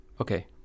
Okay